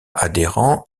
adhérent